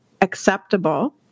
acceptable